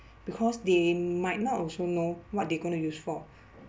because they might not also know what they gonna use for